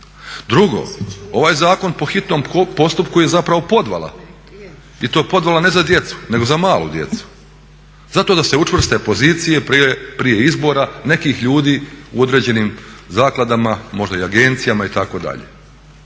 Drugo, ovaj zakon po hitnom postupku je zapravo podvala i to podvala ne za djecu nego za malu djecu, zato da se učvrste pozicije prije izbora nekih ljudi u određenim zakladama, možda i agencijama itd.